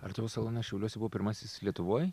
ar tavo salonas šiauliuose buvo pirmasis lietuvoj